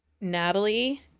Natalie